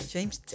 James